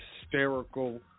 hysterical